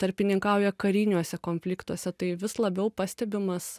tarpininkauja kariniuose konfliktuose tai vis labiau pastebimas